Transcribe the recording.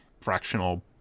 fractional